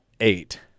eight